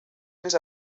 més